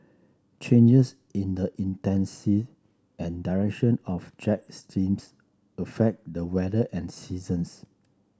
changes in the intensive and direction of jet steams affect the weather and seasons